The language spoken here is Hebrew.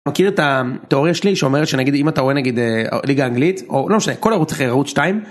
מכיר את התיאוריה שלי שאומרת שאם אתה רואה נגיד ליגה אנגלית או לא משנה כל ערוץ אחר ערוץ 2.